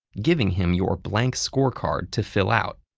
giving him your blank scorecard to fill out.